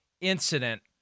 incident